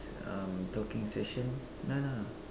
uh talking session no no